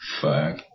Fuck